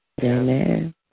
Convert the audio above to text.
Amen